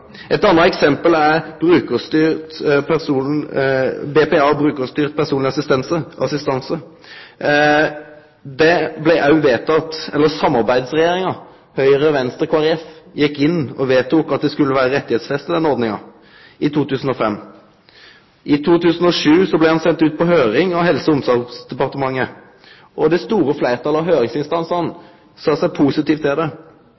Eit anna eksempel er BPA, brukarstyrt personleg assistanse. Samarbeidsregjeringa – Høgre, Venstre og Kristeleg Folkeparti – vedtok i 2005 at denne ordninga skulle vere rettsfesta. I 2007 blei dette sendt på høyring av Helse- og omsorgsdepartementet. Det store fleirtalet av høyringsinstansane sa seg positive, men sidan har ein ikkje sett noko til det,